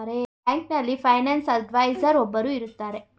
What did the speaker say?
ಬ್ಯಾಂಕಿನಲ್ಲಿ finance adviser ಒಬ್ಬರು ಇರುತ್ತಾರೆ